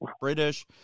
British